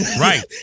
right